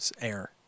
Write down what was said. air